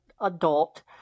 adult